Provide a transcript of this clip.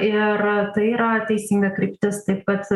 ir tai yra teisinga kryptis taip kad